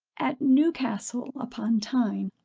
at newcastle-upon-tyne,